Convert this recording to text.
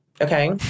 Okay